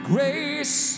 Grace